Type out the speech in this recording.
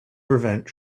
prevent